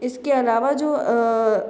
इसके अलावा जो